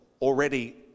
already